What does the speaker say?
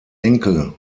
enkel